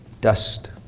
Dust